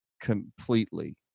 completely